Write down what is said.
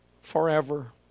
forever